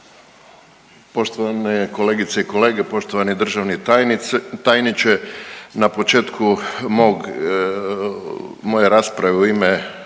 Poštovane kolegice i kolege, poštovani državni tajniče. Na početku moje rasprave u ime